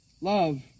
love